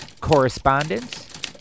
Correspondence